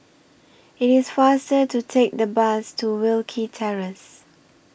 IT IS faster to Take The Bus to Wilkie Terrace